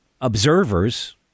observers